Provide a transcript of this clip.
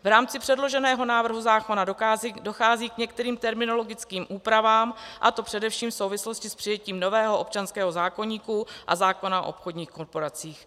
V rámci předloženého návrhu zákona dochází k některým terminologickým úpravám, a to především v souvislosti s přijetím nového občanského zákoníku a zákona o obchodních korporacích.